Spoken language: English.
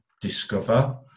discover